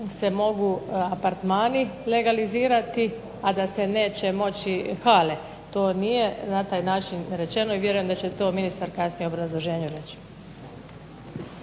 se mogu apartmani legalizirati, a da se neće moći hale. To nije na taj način rečeno i vjerujem da će to ministar kasnije u obrazloženju reći.